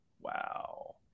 Wow